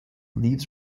leaves